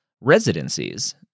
residencies